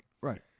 Right